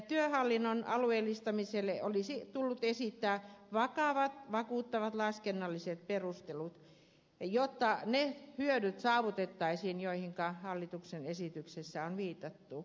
työhallinnon alueellistamiselle olisi tullut esittää vakavat vakuuttavat laskennalliset perustelut jotta ne hyödyt saavutettaisiin joihinka hallituksen esityksessä on viitattu